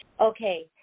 Okay